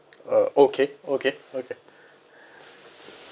uh okay okay okay